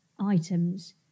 items